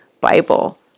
Bible